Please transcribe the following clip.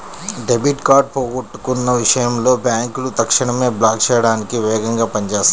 debit card పోగొట్టుకున్న విషయంలో బ్యేంకులు తక్షణమే బ్లాక్ చేయడానికి వేగంగా పని చేత్తాయి